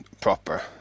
proper